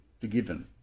forgiven